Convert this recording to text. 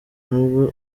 n’ubwo